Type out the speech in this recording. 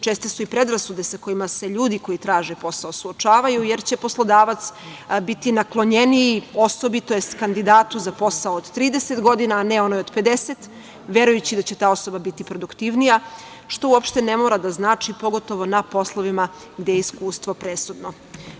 Česte su i predrasude sa kojima se ljudi koji traže posao suočavaju, jer će poslodavac biti naklonjeniji osobi tj. kandidatu za posao od 30 godina a ne onoj od 50, verujući da će ta osoba biti produktivnija, što uopšte ne mora da znači, pogotovo na poslovima gde je iskustvo presudno. Mi